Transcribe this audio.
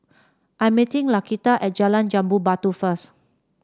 I'm meeting Laquita at Jalan Jambu Batu first